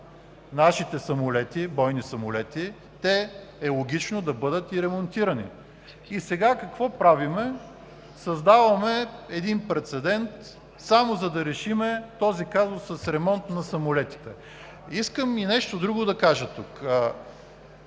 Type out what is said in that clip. кацат нашите бойни самолети, те е логично да бъдат и ремонтирани там. Сега какво правим? Създаваме един прецедент само за да решим този казус с ремонт на самолетите. Искам и нещо друго да кажа тук,